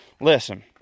listen